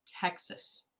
Texas